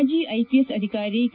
ಮಾಜಿ ಐಪಿಎಸ್ ಅಧಿಕಾರಿ ಕೆ